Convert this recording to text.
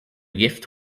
gift